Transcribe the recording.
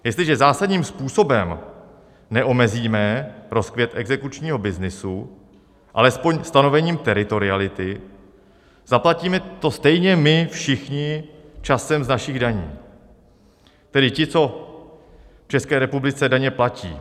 Jestliže zásadním způsobem neomezíme rozkvět exekučního byznysu alespoň stanovením teritoriality, zaplatíme to stejně my všichni časem z našich daní, tedy ti, co v České republice daně platí.